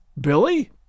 Billy